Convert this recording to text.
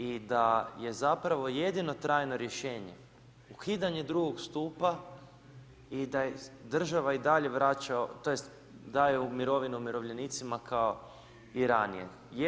I da je zapravo jedino trajno rješenje ukidanje drugog stupa i da država i dalje vraća, tj. daje mirovinu umirovljenicima kao i ranije.